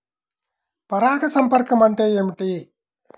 పరాగ సంపర్కం అంటే ఏమిటి?